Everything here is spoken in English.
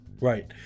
Right